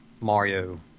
Mario